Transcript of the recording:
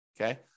okay